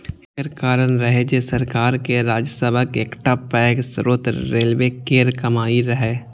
एकर कारण रहै जे सरकार के राजस्वक एकटा पैघ स्रोत रेलवे केर कमाइ रहै